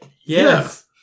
Yes